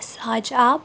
ساجہِ آپہٕ